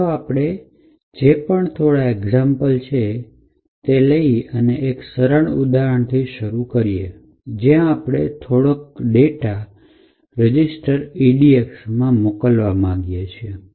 તો ચાલો આપણે જે પણ થોડા એક્ઝામ્પલ લઈએ અને ચાલો આપણે એક સરળ ઉદાહરણથી શરૂ કરીએ કે જ્યાં આપણે થોડોક ડેટા રજીસ્ટર edx માં મોકલવા માંગે છે